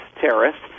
terrorists